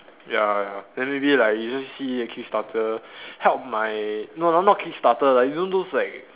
ya ya then maybe like you just see a kickstarter help my no not kickstarter like you know those like